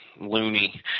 loony